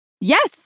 Yes